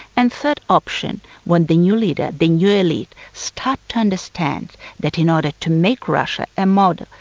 and third option when the new leader, the new elite start to understand that in order to make russia a model,